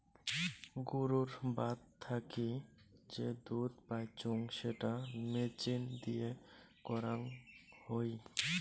গুরুর বাত থাকি যে দুধ পাইচুঙ সেটা মেচিন দিয়ে করাং হই